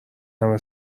همه